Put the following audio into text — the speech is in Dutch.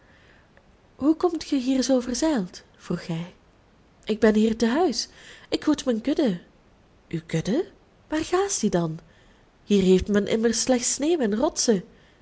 hoe komt ge hier zoo verzeild vroeg hij ik ben hier te huis ik hoed mijn kudde uw kudde waar graast die dan hier heeft men immers slechts sneeuw en rotsen